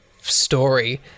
story